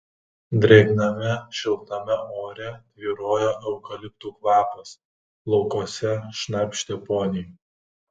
drėgname šiltame ore tvyrojo eukaliptų kvapas laukuose šnarpštė poniai